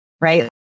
right